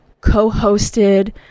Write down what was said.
co-hosted